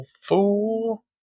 fool